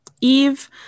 Eve